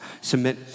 submit